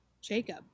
Jacob